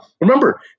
Remember